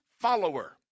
follower